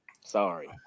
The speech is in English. Sorry